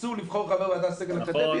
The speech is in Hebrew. ירצו לבחור חבר ועדה מהסגל האקדמי,